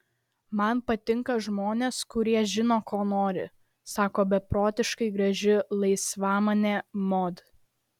man patinka žmonės kurie žino ko nori sako beprotiškai graži laisvamanė mod